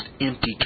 empty